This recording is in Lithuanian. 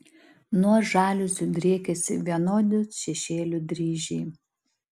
nuo žaliuzių driekiasi vienodi šešėlių dryžiai